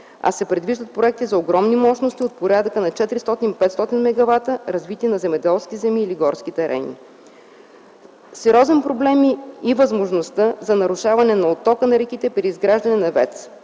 а се предвиждат проекти за огромни мощности от порядъка на 400-500 мгвт, развити на земеделски земи или горски терени. Сериозен проблем е и възможността за нарушаване на оттока на реките при изграждането на ВЕЦ.